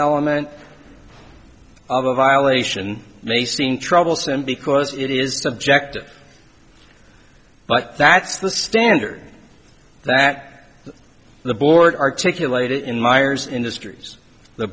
element of a violation may seem troublesome because it is subjective but that's the standard that the board articulated in myers industries the